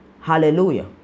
Hallelujah